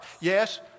Yes